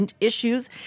issues